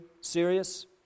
serious